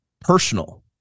personal